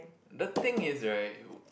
the thing is right